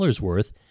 worth